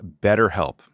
BetterHelp